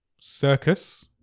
circus